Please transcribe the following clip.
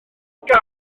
gau